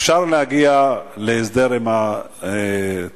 אפשר להגיע להסדר עם התושבים,